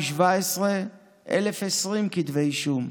2017, 1,020 כתבי אישום,